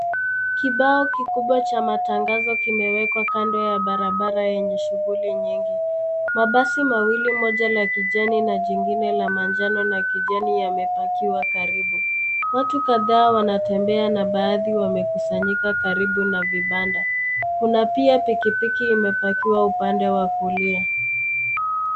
Kibao kikubwa cha matangazo kimewekwa kando ya barabara yenye shughuli nyingi. Mabasi mawili, moja la kijani na jingine la manjano na kijani yamepakiwa karibu. Watu kadhaa wanatembea na baadhi wamekusanyika karibu na vibanda. Kuna pia pikipiki imepakiwa upande wa kulia.